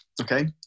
Okay